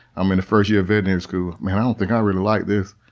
i'm in the first year of veterinary school, man, i don't think i really like this.